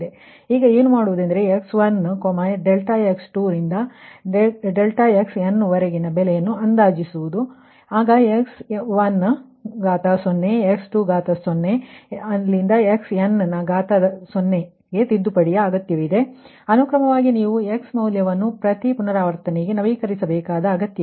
ಈಗ ಏನು ಮಾಡುವುದೆಂದರೆ x1 ∆x2 ರಿಂದ ∆xn ವರೆಗೆ ಮೌಲ್ಯ ಅಂದಾಜಿಸಬೇಕು ಆಗ x10 x20 xn0 ಗೆ ತಿದ್ದುಪಡಿ ಅಗತ್ಯವಿದೆ ಅನುಕ್ರಮವಾಗಿ ನೀವು x ಮೌಲ್ಯವನ್ನು ಪ್ರತಿ ಪುನರಾವರ್ತನೆಗೆ ನವೀಕರಿಸಬೇಕಾದ ಅಗತ್ಯ ಇದೆ